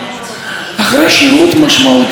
אתם יודעים מה המשמעות של זה?